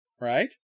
right